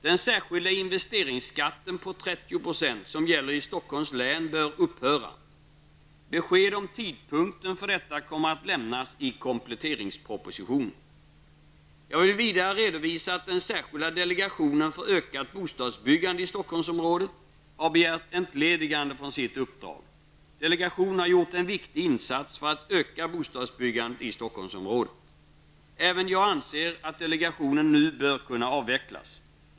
Den särskilda investeringsskatten på 30 % som gäller i Stockholms län bör upphöra. Besked om tidpunkten för detta kommer att lämnas i kompletteringspropositionen. Jag vill vidare redovisa att den särskilda delegationen för ökat bostadsbyggande i Stockholmsområdet har begärt entledigande från sitt uppdrag. Delegationen har gjort en viktig insats för att öka bostadsbyggandet i Stockholmsområdet. Även jag anser att delegationen nu bör kunna avvecklas.